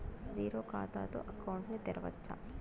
Zero ఖాతా తో account ను తెరవచ్చా?